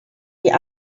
die